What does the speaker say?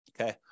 Okay